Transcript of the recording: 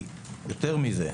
יתרה מזאת,